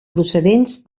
procedents